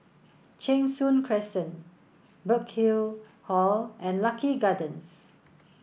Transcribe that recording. Cheng Soon Crescent Burkill Hall and Lucky Gardens